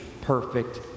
perfect